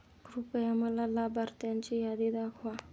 कृपया मला लाभार्थ्यांची यादी दाखवा